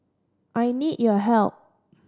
I need your help